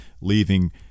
leaving